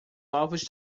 ovos